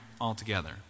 altogether